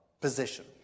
position